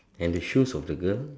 and the shoes of the girl